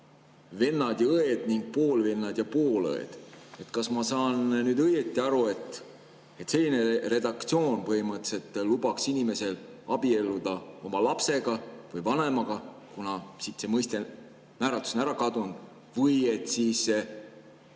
"vennad ja õed ning poolvennad ja poolõed". Kas ma saan õieti aru, et selline redaktsioon põhimõtteliselt lubaks inimestel abielluda oma lapsega või vanemaga, kuna siit see määratlus on ära kadunud? Või siis